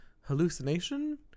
hallucination